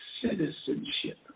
citizenship